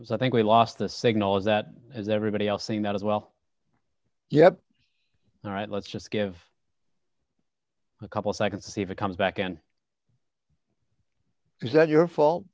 it was i think we lost the signal is that as everybody else seen that as well yep all right let's just give a couple seconds to see if it comes back and is that your fault